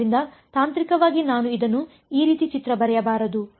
ಆದ್ದರಿಂದ ತಾಂತ್ರಿಕವಾಗಿ ನಾನು ಇದನ್ನು ಈ ರೀತಿ ಚಿತ್ರ ಬರೆಯಬಾರದು